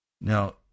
Now